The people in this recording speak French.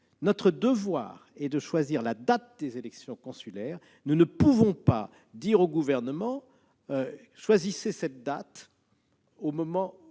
notre devoir est de choisir la date des élections consulaires. Nous ne pouvons pas laisser au Gouvernement le soin de choisir cette date, au moment